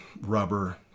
rubber